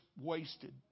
wasted